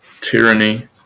tyranny